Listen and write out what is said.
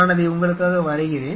நான் அதை உங்களுக்காக வரைகிறேன்